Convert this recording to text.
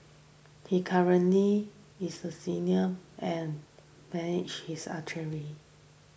he currently is a senior and manage his